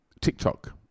TikTok